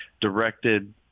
directed